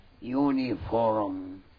uniform